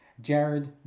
Jared